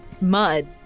mud